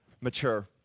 Mature